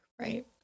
right